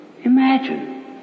Imagine